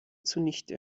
zunichte